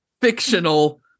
fictional